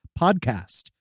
podcast